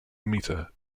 metre